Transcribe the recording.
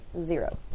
Zero